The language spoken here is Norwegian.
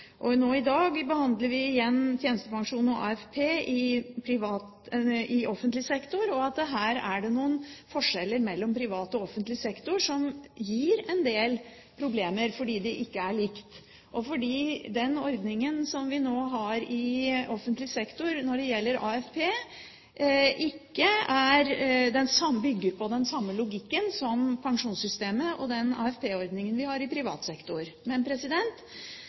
vi nå har i offentlig sektor når det gjelder AFP, ikke bygger på den samme logikken som pensjonssystemet og den AFP-ordningen vi har i privat sektor.